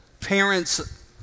parents